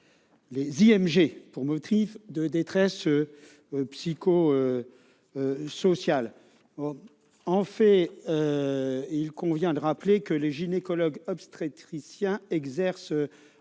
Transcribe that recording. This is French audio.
les IMG pour motifs de détresse psychosociale. Il convient de rappeler que les gynécologues-obstétriciens exerçant